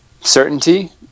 certainty